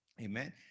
Amen